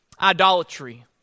Idolatry